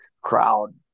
crowd